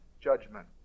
judgment